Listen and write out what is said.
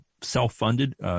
self-funded